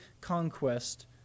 conquest